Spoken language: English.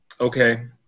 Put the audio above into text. okay